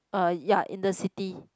uh ya in the city